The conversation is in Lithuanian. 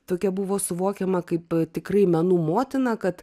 tokia buvo suvokiama kaip tikrai menų motina kad